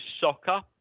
soccer